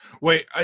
Wait